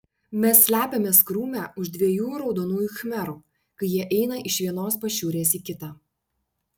mes slepiamės krūme už dviejų raudonųjų khmerų kai jie eina iš vienos pašiūrės į kitą